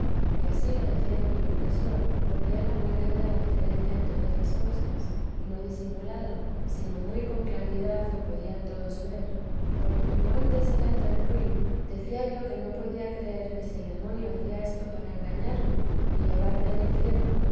y ansí lo decía mi confesor porque era muy grande la diferencia en todas las cosas y no disimulada sino muy con claridad lo podían todos ver porque como antes era tan ruin decía yo que no podía creer que si el demonio hacía esto para engañarme y llevarme al infierno